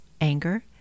anger